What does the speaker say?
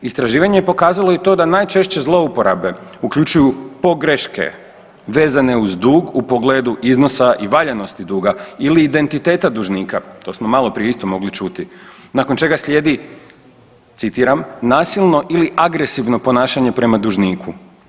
Istraživanje je pokazalo i to da najčešće zlouporabe uključuju pogreške vezane uz dug u pogledu iznosa i valjanosti duga ili identiteta dužnika, to smo maloprije isto mogli čuti, nakon čega slijedi, citiram, nasilno ili agresivno ponašanje prema dužniku.